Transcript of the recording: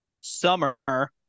summer